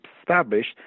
established